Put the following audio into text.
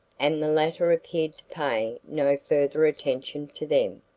and the latter appeared to pay no further attention to them.